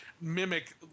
mimic